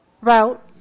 route